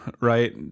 right